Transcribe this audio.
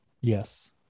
Yes